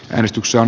edistyksen